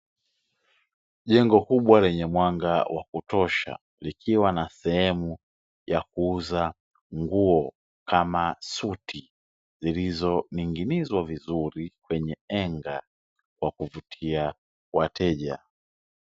Jengo kubwa lenye mwanga wa kutosha, likiwa na sehemu ya kuuza nguo kama suti, zilizoning'inizwa vizuri kwenye enga kwa kuvutia wateja.